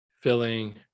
filling